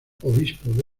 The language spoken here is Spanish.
obispo